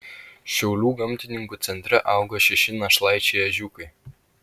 šiaulių gamtininkų centre auga šeši našlaičiai ežiukai